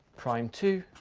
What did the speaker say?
prime two,